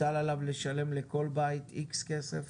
הוטל עליו לשלם לכל בית X כסף